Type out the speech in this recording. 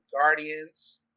guardians